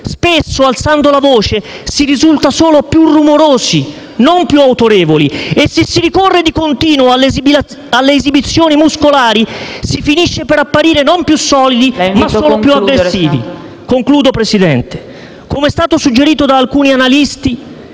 Spesso alzando la voce si risulta solo più rumorosi, non più autorevoli, e se si ricorre di continuo alle esibizioni muscolari si finisce per apparire non più solidi ma solo più aggressivi. Come è stato suggerito da alcuni analisti,